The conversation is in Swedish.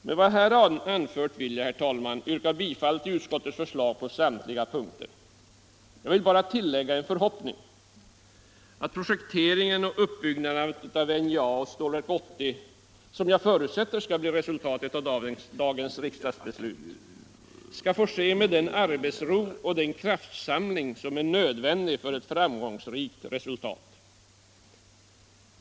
Med vad jag här anfört vill jag, herr talman, yrka bifall till utskottets förslag på samtliga punkter. Jag vill bara tillägga en förhoppning att projekteringen och utbyggnaden av NJA och Stålverk 80, som jag förutsätter skall bli resultatet av dagens riksdagsbeslut, skall få ske med den arbetsro och den kraftsamling som är nödvändiga för ett framgångsrikt resultat.